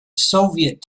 soviet